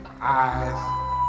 eyes